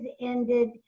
ended